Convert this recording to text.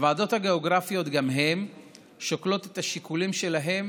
הוועדות הגיאוגרפיות גם שוקלות את השיקולים שלהן